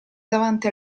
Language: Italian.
davanti